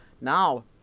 now